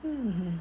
hmm